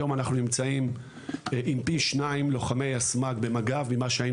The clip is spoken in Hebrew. היום אנחנו נמצאים עם פי שניים לוחמי יסמ"ג במג"ב ממה שהיה